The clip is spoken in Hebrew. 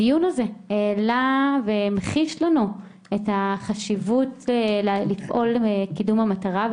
הדיון הזה העלה והמחיש לנו את החשיבות לפועל לקידום המטרה,